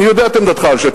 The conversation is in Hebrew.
אני יודע את עמדתך על שטח.